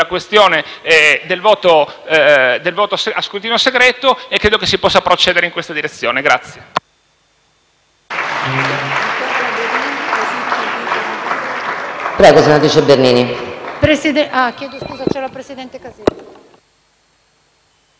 questione del voto a scrutinio segreto e credo che si possa procedere in questa direzione.